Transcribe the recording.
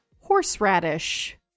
horseradish